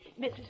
Mrs